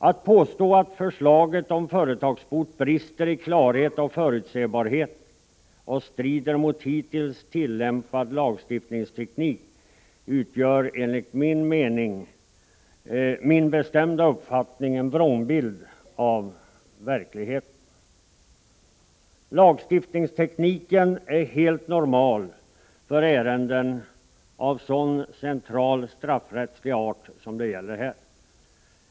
Att påstå att förslaget om företagsbot brister i klarhet och förutsebarhet och strider mot hittills tillämpad lagstiftningsteknik utgör enligt min bestämda uppfattning en vrångbild av verkligheten. Lagstiftningstekniken är helt normal för ärenden av sådan central straffrättslig art som det gäller här.